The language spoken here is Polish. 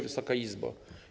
Wysoka Izbo!